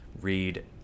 read